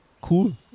Cool